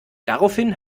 daraufhin